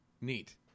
Neat